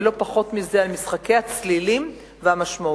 ולא פחות מזה על משחקי הצלילים והמשמעויות.